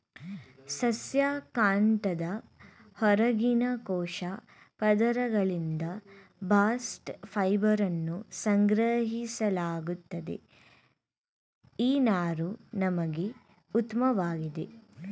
ಸಸ್ಯ ಕಾಂಡದ ಹೊರಗಿನ ಕೋಶ ಪದರಗಳಿಂದ ಬಾಸ್ಟ್ ಫೈಬರನ್ನು ಸಂಗ್ರಹಿಸಲಾಗುತ್ತದೆ ಈ ನಾರು ನಮ್ಗೆ ಉತ್ಮವಾಗಿದೆ